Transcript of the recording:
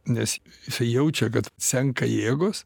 nes isai jaučia kad senka jėgos